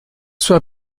sua